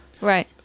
Right